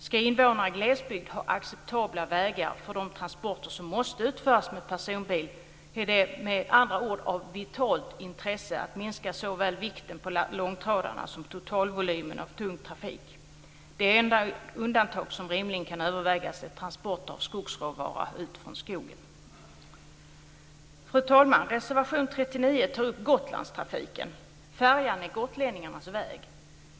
Om invånare i glesbygd ska ha acceptabla vägar för de transporter som måste utföras med personbil är det med andra ord av vitalt intresse att minska såväl vikten på långtradarna som totalvolymen av tung trafik. Det enda undantag som rimligen kan övervägas är transporter av skogsråvara ut från skogen. Fru talman! Reservation 39 tar upp Gotlandstrafiken. Färjan är gotlänningarnas väg.